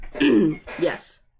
Yes